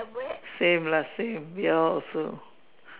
same lah same we all also